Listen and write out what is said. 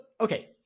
okay